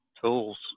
tools